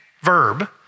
verb